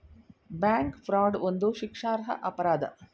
bank fraud ಒಂದು ಶಿಕ್ಷಾರ್ಹ ಅಪರಾಧ